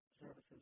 services